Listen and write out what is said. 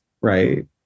right